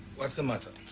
what's the matter?